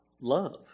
love